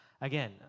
Again